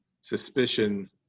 suspicion